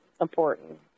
important